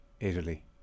italy